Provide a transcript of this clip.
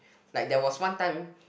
like there was one time